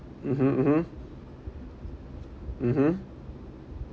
mmhmm mmhmm mmhmm